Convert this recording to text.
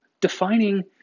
defining